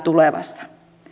surullista